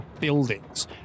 buildings